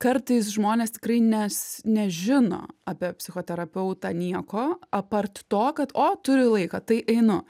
kartais žmonės tikrai nes nežino apie psichoterapeutą nieko apart to kad o turi laiką tai einu